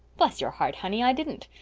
bless your heart, honey, i didn't.